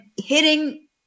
hitting